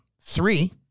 three